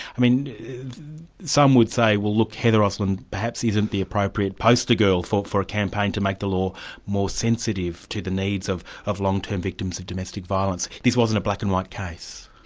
i mean some would say, well look, heather osland perhaps isn't the appropriate poster girl for a campaign to make the law more sensitive to the needs of of long-term victims of domestic violence this wasn't a black-and-white case.